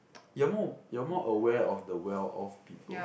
you are more you are more aware of the well off people